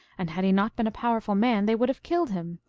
and had he not been a powerful man, they would have killed him.